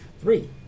Three